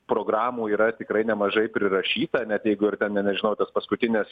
programų yra tikrai nemažai prirašyta net jeigu ir ten na nežinau tas paskutinės